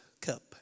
cup